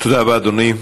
תודה רבה, אדוני.